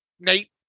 Nate